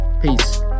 Peace